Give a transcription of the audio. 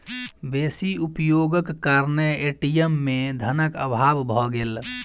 बेसी उपयोगक कारणेँ ए.टी.एम में धनक अभाव भ गेल